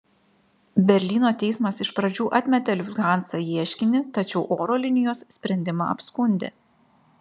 berlyno teismas iš pradžių atmetė lufthansa ieškinį tačiau oro linijos sprendimą apskundė